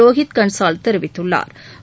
ரோஹித் கன்சால் தெரிவித்துள்ளாா்